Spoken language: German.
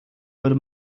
würde